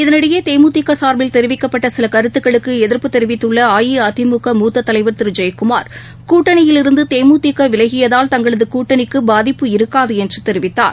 இதனிடையே தேமுதிகசார்பில் தெரிவிக்கப்பட்டசிலகருத்துக்களுக்குளதிர்ப்பு தெரிவித்துள்ளஅஇஅதிமுக திருஜெயக்குமார் கூட்டணியிலிருந்துதேமுதிகவிலகியதால் தங்களதுகூட்டணிக்குபாதிப்பு மூத்ததைவர் இருக்காதுஎன்றுதெரிவித்தார்